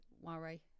worry